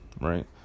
right